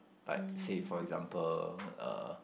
like say for example uh